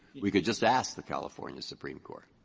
we could just ask the california supreme court.